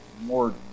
more